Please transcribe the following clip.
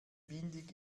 windig